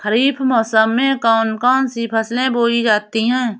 खरीफ मौसम में कौन कौन सी फसलें बोई जाती हैं?